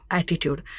attitude